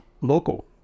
local